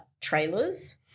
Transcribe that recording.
trailers